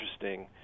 interesting